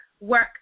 work